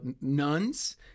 nuns